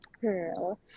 girl